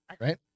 right